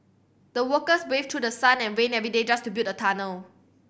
the workers braved through sun and rain every day just to build the tunnel